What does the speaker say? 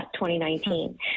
2019